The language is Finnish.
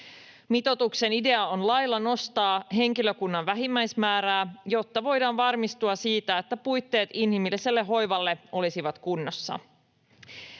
Mitoituksen idea on lailla nostaa henkilökunnan vähimmäismäärää, jotta voidaan varmistua siitä, että puitteet inhimilliselle hoivalle olisivat kunnossa.